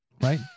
right